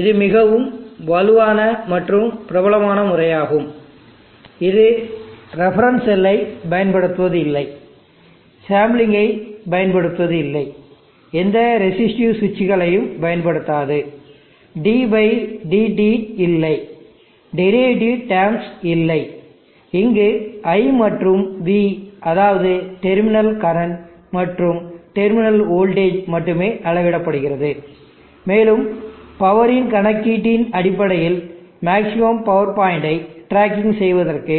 இது மிகவும் வலுவான மற்றும் பிரபலமான முறையாகும் இது ரெபெரென்ஸ் செல்லை பயன்படுத்துவதில்லை இது சாம்பலிங்கை பயன்படுத்துவதில்லை எந்த ரெசிஸ்டிவ் சுவிட்சுகளையும் பயன்படுத்தாது ddt இல்லை டெரிவேட்டிவ் டெர்ம்ஸ் இல்லை இங்கு I மற்றும் V அதாவது டெர்மினல் கரண்ட் மற்றும் டெர்மினல் வோல்டேஜ் மட்டுமே அளவிடப்படுகிறது மேலும் பவரின் கணக்கீட்டின்அடிப்படையில் மேக்ஸிமம் பவர் பாயிண்ட் ஐ ட்ராக்கிங் செய்வதற்கு